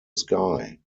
sky